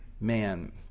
man